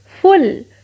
full